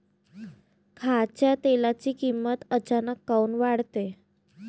खाच्या तेलाची किमत अचानक काऊन वाढते?